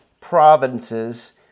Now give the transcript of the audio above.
provinces